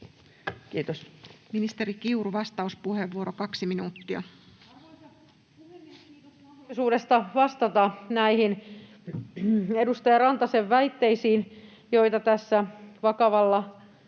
Kiitos. Ministeri Kiuru, vastauspuheenvuoro, 2 minuuttia. Arvoisa puhemies! Kiitos mahdollisuudesta vastata näihin edustaja Rantasen väitteisiin, joita tässä vakavalla sävyllä